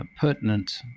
pertinent